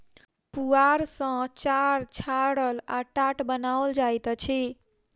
पुआर सॅ चार छाड़ल आ टाट बनाओल जाइत अछि